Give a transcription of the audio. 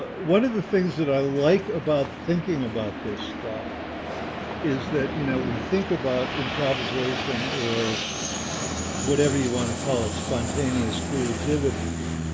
ah one of the things that i like about thinking about this stuff is that, you know, we think about improvisation, or whatever you want to call it spontaneous creativity,